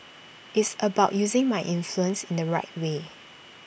it's about using my influence in the right way